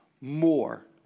more